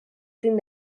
ezin